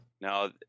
Now